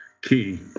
key